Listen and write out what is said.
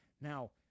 Now